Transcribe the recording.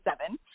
seven